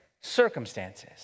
circumstances